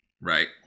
Right